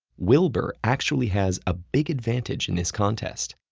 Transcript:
wilbur actually has a big advantage in this contest.